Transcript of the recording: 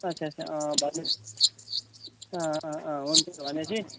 अच्छा अच्छा हुन्छ भने पछि